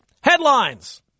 headlines